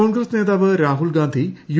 കോൺഗ്രസ് നേതാവ് രാഹുൽഗാന്ധി യു